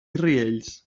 riells